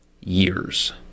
years